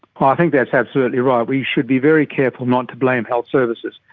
i think that's absolutely right, we should be very careful not to blame health services.